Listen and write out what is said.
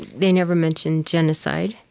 they never mention genocide.